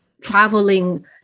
Traveling